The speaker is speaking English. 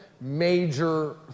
major